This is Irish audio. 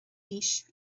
fhís